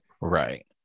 right